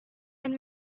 and